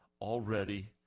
already